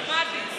לימדתי.